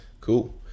cool